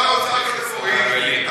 שר האוצר הקודם הוריד.